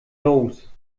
los